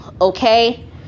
Okay